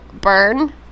burn